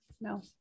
no